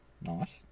Nice